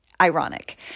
ironic